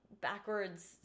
backwards